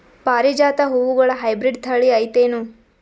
ಪಾರಿಜಾತ ಹೂವುಗಳ ಹೈಬ್ರಿಡ್ ಥಳಿ ಐತೇನು?